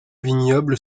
vignoble